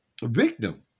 victim